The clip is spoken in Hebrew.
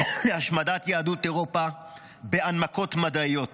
להשמדת יהדות אירופה בהנמקות מדעיות,